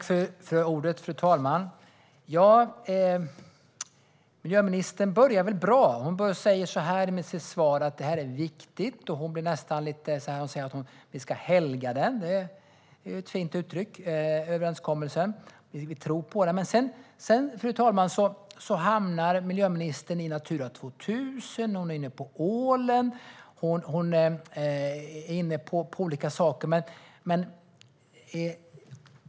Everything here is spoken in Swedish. Fru talman! Miljöministern börjar bra. Hon säger i sitt svar är det här är viktigt. Hon säger att regeringen "helgar" överenskommelsen - det är ju ett fint uttryck - och tror på den. Men sedan, fru talman, hamnar miljöministern i Natura 2000. Hon är inne på ålen och olika andra saker.